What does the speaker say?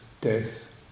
death